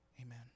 Amen